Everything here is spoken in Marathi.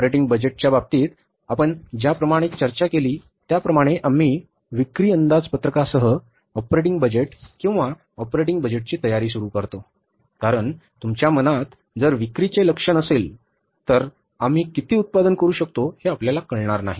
ऑपरेटिंग बजेटच्या बाबतीत आपण ज्याप्रमाणे चर्चा केली त्याप्रमाणे आम्ही विक्री अंदाजपत्रकासह ऑपरेटिंग बजेट किंवा ऑपरेटिंग बजेटची तयारी सुरू करतो कारण तुमच्या मनात जर विक्रीचे लक्ष्य नसेल तर आम्ही किती उत्पादन करू शकतो हे आपल्याला माहिती नाही